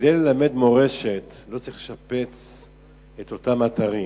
כדי ללמד מורשת לא צריך לשפץ את אותם אתרים.